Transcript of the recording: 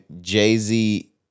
Jay-Z